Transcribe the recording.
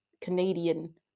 Canadian